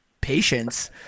patience